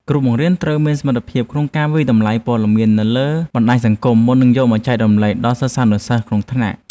គ្រូបង្រៀនត្រូវមានសមត្ថភាពក្នុងការវាយតម្លៃព័ត៌មាននៅលើបណ្តាញសង្គមមុននឹងយកមកចែករំលែកដល់សិស្សានុសិស្សក្នុងថ្នាក់។